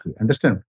Understand